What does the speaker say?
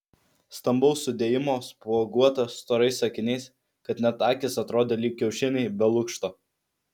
stambaus sudėjimo spuoguota storais akiniais kad net akys atrodė lyg kiaušiniai be lukšto